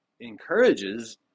encourages